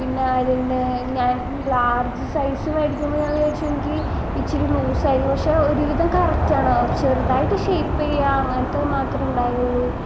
പിന്നെ അതിൻ്റെ ഞാൻ ലാർജ്ജ് സൈസ്സ് മേടിക്കുമ്പോൾ ഞാൻ വിചാരിച്ചു എനിക്ക് ഇച്ചിരി ലൂസ് അരി പക്ഷെ ഒരു വിധം കറക്റ്റാണ് ചെറുതായിട്ട് ഷേയ്പ്പ് ചെയ്യാൻ അങ്ങനത്തേ മാത്രം ഉണ്ടായുള്ളൂ